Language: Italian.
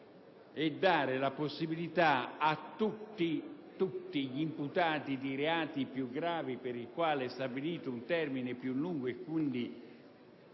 e dare la possibilità a tutti gli imputati di reati più gravi, per i quali è stabilito un termine più lungo, che quindi